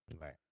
Right